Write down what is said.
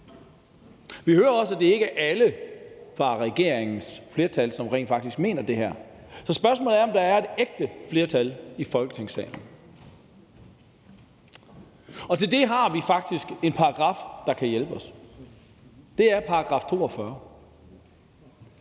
Vi hører også, at det ikke er alle fra regeringens flertal, som rent faktisk mener det her, så spørgsmålet er, om der er et ægte flertal i Folketingssalen. Til det har vi faktisk en paragraf, der kan hjælpe os, og det er § 42,